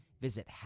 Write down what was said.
Visit